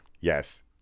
Yes